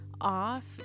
off